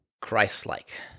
christ-like